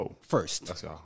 First